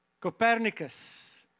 Copernicus